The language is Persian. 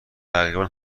تقریبا